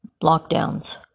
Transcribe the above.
lockdowns